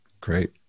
Great